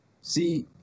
See